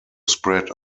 spread